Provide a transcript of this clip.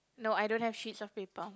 no I don't have sheets of paper